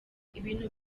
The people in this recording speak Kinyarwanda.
ibintu